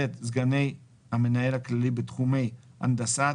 סגני המנהל הכללי בתחומי ההנדסה,